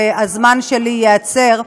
והזמן שלי ייעצר,